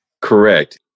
Correct